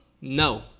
no